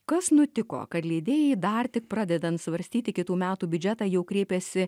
kas nutiko kad leidėjai dar tik pradedant svarstyti kitų metų biudžetą jau kreipėsi